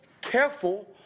Careful